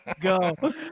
Go